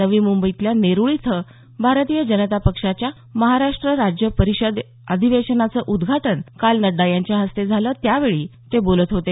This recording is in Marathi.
नवी मुंबईतल्या नेरुळ इथं भारतीय जनता पक्षाच्या महाराष्ट्र राज्य परिषद अधिवेशनाचं उद्घाटन काल नड्डा यांच्या हस्ते झालं त्यावेळी ते बोलत होते